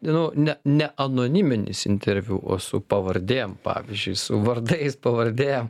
nu ne neanoniminis interviu o su pavardėm pavyzdžiui su vardais pavardėm